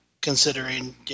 considering